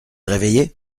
réveillé